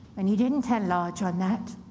and he didn't tell large on that.